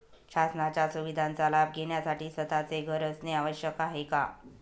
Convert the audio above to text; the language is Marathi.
शासनाच्या सुविधांचा लाभ घेण्यासाठी स्वतःचे घर असणे आवश्यक आहे का?